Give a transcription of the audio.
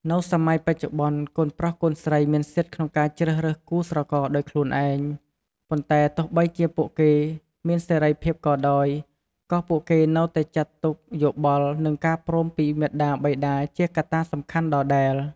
នៅសម័យបច្ចុប្បន្ន កូនប្រុសកូនស្រីមានសិទ្ធិក្នុងការជ្រើសរើសគូស្រករដោយខ្លួនឯង ប៉ុន្តែទោះបីពួកគេមានសេរីភាពក៏ដោយ ក៏ពួកគេនៅតែចាត់ទុក យោបល់ និងការព្រមពីមាតាបិតាជាកត្តាសំខាន់ដដែល។